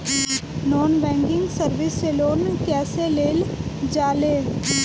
Non banking service से loan कैसे लेल जा ले?